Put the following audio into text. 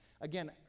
Again